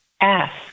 ask